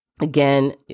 Again